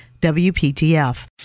WPTF